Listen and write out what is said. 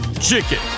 Chicken